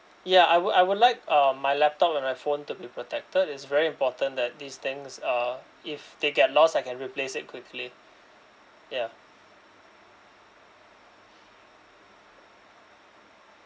ya I would I would like uh my laptop and my phone to be protected it's very important that these things uh if they get lost I can replace it quickly ya